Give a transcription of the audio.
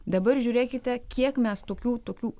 dabar žiūrėkite kiek mes tokių tokių